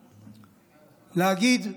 להגיד: